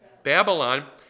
Babylon